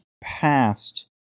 past